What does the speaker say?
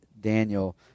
daniel